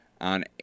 on